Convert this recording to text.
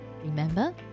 Remember